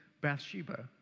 Bathsheba